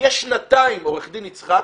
יש שנתיים, עורך דין יצחק,